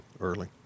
early